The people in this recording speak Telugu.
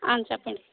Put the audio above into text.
చెప్పండి